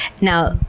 Now